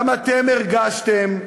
גם אתם הרגשתם,